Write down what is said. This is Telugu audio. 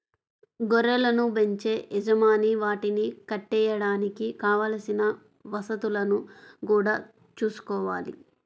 గొర్రెలను బెంచే యజమాని వాటిని కట్టేయడానికి కావలసిన వసతులను గూడా చూసుకోవాలి